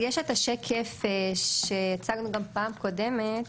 יש את השקף שהצגנו גם פעם קודמת.